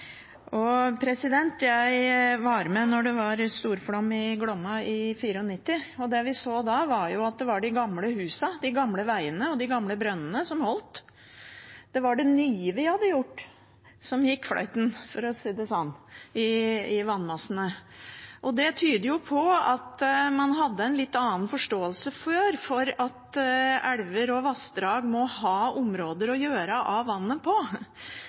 det var storflom i Glomma i 1994, og det vi så da, var at det var de gamle husene, de gamle veiene og de gamle brønnene som holdt. Det var det nye vi hadde gjort, som gikk fløyten – for å si det sånn – i vannmassene. Det tyder jo på at man hadde en litt annen forståelse før for at elver og vassdrag må ha områder å gjøre av vannet